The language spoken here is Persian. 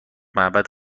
معبد